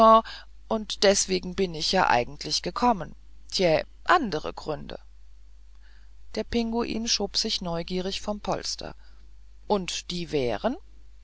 und deswegen bin ich ja eigentlich gekommen tje andere gründe der pinguin schob sich neugierig vom polster und die wären